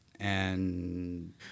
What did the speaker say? and-